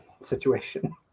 situation